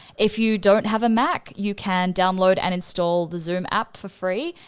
if you don't have a mac, you can download and install the zoom app for free,